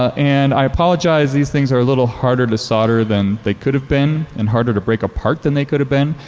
and i apologize, these things are a little harder to solder than they could have been and harder to break apart than they could have been,